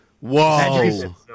whoa